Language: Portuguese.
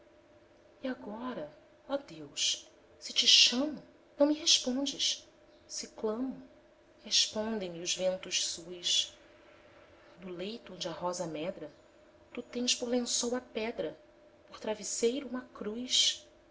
e agora ó deus se te chamo não me respondes se clamo respondem me os ventos suis no leito onde a rosa medra tu tens por lençol a pedra por travesseiro uma cruz